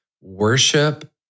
worship